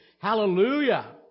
Hallelujah